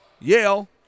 Yale